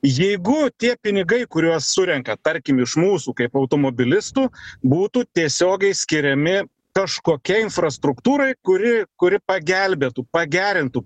jeigu tie pinigai kuriuos surenka tarkim iš mūsų kaip automobilistų būtų tiesiogiai skiriami kažkokiai infrastruktūrai kuri kuri pagelbėtų pagerintų